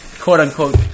quote-unquote